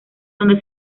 donde